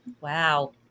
Wow